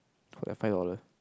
for like five dollar